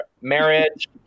marriage